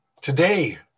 Today